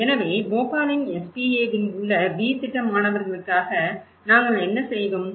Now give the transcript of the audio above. எனவே போபாலின் SPAஇல் உள்ள B திட்ட மாணவர்களுக்காக நாங்கள் என்ன செய்தோம்